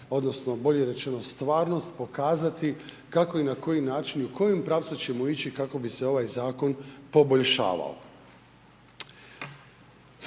odnosno bolje rečeno stvarnost pokazati kako i na koji način i u kojem pravcu ćemo ići kako bi se ovaj zakon poboljšavao.